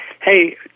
Hey